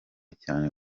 cyane